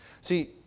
See